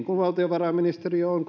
valtiovarainministeriö on